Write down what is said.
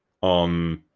on